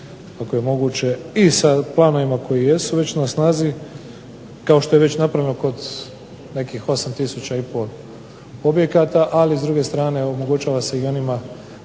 ako je moguće i sa planovima koji jesu već na snazi kao što je već napravljeno kod nekih 8 tisuća i pol objekata. Ali s druge strane omogućava se i onima